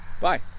Bye